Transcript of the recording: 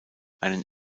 einen